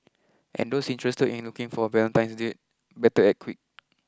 and those interested in looking for a Valentine's date better act quick